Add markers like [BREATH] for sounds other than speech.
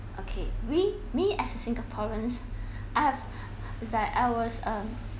okay we may as a singaporeans I [BREATH] is that I was um